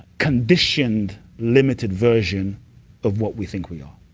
conditioned, limited version of what we think we are.